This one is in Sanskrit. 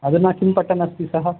अधुना किं पठनस्ति सः